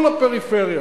לפריפריה.